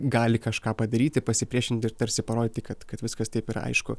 gali kažką padaryti pasipriešinti ir tarsi parodyti kad kad viskas taip yra aišku